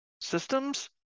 systems